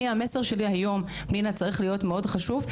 המסר שלי היום צריך להיות מאוד חשוב.